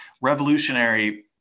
revolutionary